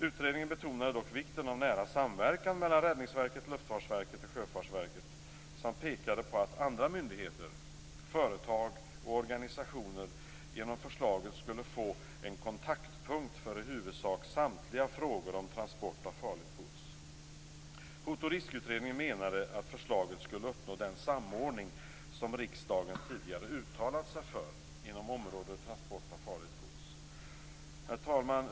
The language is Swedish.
Utredningen betonade dock vikten av nära samverkan mellan Räddningsverket, Luftfartsverket och Sjöfartsverket samt pekade på att andra myndigheter, företag och organisationer genom förslaget skulle få en kontaktpunkt för i huvudsak samtliga frågor om transport av farligt gods. Hot och riskutredningen menade att förslaget skulle uppnå den samordning som riksdagen tidigare uttalat sig för inom området transport av farligt gods. Herr talman!